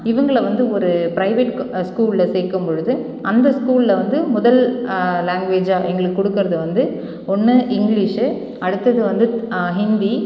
இவங்களை வந்து ஒரு பிரைவேட் ஸ்கூலில் சேர்க்கும் பொழுது அந்த ஸ்கூலில் வந்து முதல் லேங்குவேஜாக எங்களுக்கு கொடுக்கறது வந்து ஒன்று இங்கிலீஷு அடுத்தது வந்து ஹிந்தி